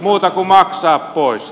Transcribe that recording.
muuta kuin maksaa pois